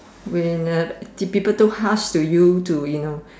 when uh people too harsh to you to you know